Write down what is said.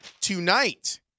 tonight